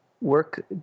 work